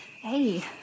Hey